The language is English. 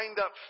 up